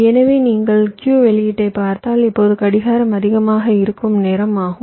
எனவே நீங்கள் Q வெளியீட்டைப் பார்த்தால் இப்போது கடிகாரம் அதிகமாக இருக்கும் நேரம் ஆகும்